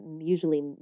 usually